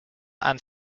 and